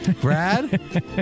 Brad